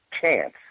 chance